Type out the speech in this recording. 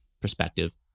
perspective